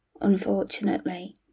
unfortunately